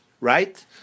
Right